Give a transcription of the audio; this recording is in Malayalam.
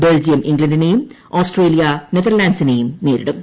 ബെൽജിയം ഇംഗ്ലണ്ടിനെയും ആസ്ട്രേലിയ നെതർലാന്റ്സിനെയും നേരിടും